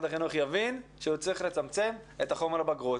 החינוך יבין שהוא צריך לצמצם את החומר לבגרות.